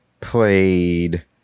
played